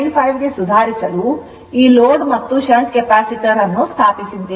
95 ಗೆ ಸುಧಾರಿಸಲು ಈ load shunt capacitor ಸ್ಥಾಪಿಸಿದ್ದೇವೆ